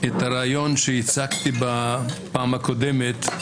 הרעיון שהצגתי בפעם הקודמת.